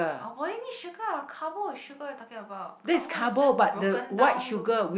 our body need sugar carbo is sugar what you talking about carbo is just broken down to glu~